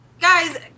Guys